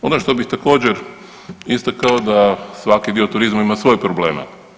Ono što bih također istakao da svaki dio turizma ima svoje probleme.